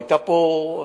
לא,